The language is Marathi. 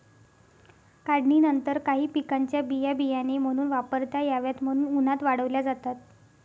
काढणीनंतर काही पिकांच्या बिया बियाणे म्हणून वापरता याव्यात म्हणून उन्हात वाळवल्या जातात